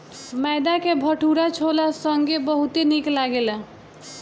मैदा के भटूरा छोला संगे बहुते निक लगेला